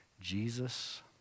Jesus